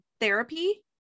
therapy